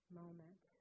moment